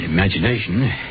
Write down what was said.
imagination